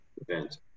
event